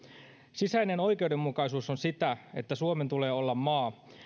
sisäinen oikeudenmukaisuus on sitä että suomen tulee olla maa